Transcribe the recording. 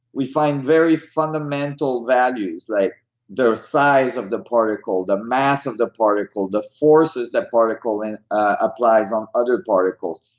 we find very fundamental values, like there are size of the particle, the mass of the particle, the forces the particle and applies on other particles.